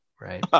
right